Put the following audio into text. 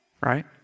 right